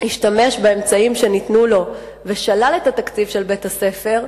השתמש באמצעים שניתנו לו ושלל את התקציב של בית-הספר,